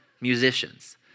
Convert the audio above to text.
musicians